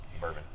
Bourbon